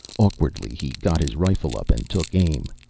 awkwardly, he got his rifle up and took aim.